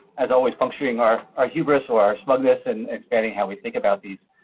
as always, puncturing our our hubris or our smugness and expanding how we think about these.